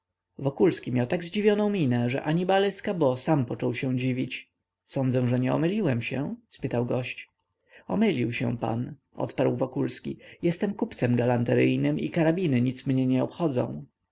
wokulski miał tak zdziwioną minę że hanibal escabeau sam począł się dziwić sądzę że nie omyliłem się spytał gość omylił się pan odparł wokulski jestem kupcem galanteryjnym i karabiny nic mnie nie obchodzą